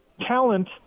Talent